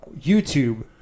YouTube